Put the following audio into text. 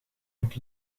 het